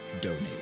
donate